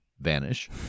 vanish